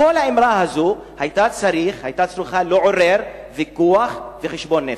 כל האמירה הזאת היתה צריכה לעורר ויכוח וחשבון נפש.